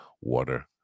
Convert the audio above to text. water